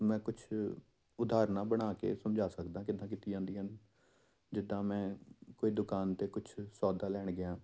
ਮੈਂ ਕੁਛ ਉਦਾਹਰਣਾਂ ਬਣਾ ਕੇ ਸਮਝਾ ਸਕਦਾ ਕਿੱਦਾਂ ਕੀਤੀ ਜਾਂਦੀਆਂ ਹਨ ਜਿੱਦਾਂ ਮੈਂ ਕੋਈ ਦੁਕਾਨ 'ਤੇ ਕੁਛ ਸੌਦਾ ਲੈਣ ਗਿਆ